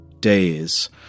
days